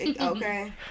Okay